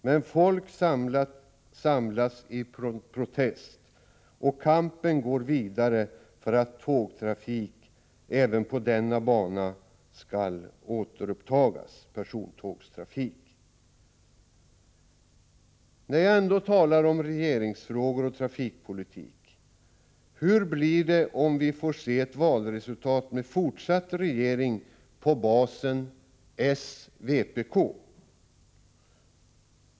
Men folk samlas i protest, och kampen går vidare för att persontågstrafiken skall återupptas även på denna bana. När jag ändå talar om regeringsfrågor och trafikpolitik: Hur blir det om vi får se ett valresultat med ett fortsatt regeringsinnehav på basen av s och vpk?